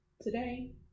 today